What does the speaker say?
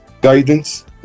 guidance